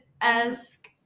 esque